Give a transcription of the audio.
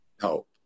help